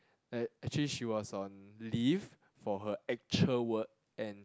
like actually she was on leave for her actual work and